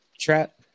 trap